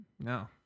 No